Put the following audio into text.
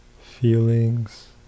Feelings